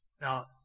Now